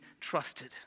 trusted